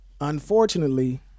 unfortunately